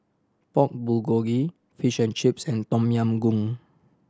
Pork Bulgogi Fish and Chips and Tom Yam Goong